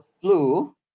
flu